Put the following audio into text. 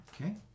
Okay